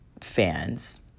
fans